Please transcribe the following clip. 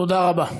תודה רבה.